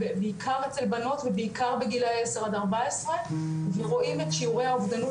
בעיקר אצל בנות ובעיקר בגילאי עשר עד 14 ורואים את שיעורי האובדנות